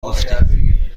گفتی